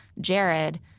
jared